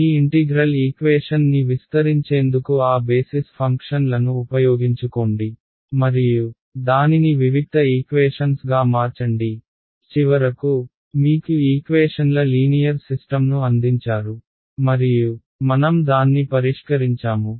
మీ integral equation ని విస్తరించేందుకు ఆ బేసిస్ ఫంక్షన్లను ఉపయోగించుకోండి మరియు దానిని వివిక్త ఈక్వేషన్స్ గా మార్చండి చివరకు మీకు ఈక్వేషన్ల లీనియర్ సిస్టమ్ను అందించారు మరియు మనం దాన్ని పరిష్కరించాము